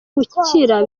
gukira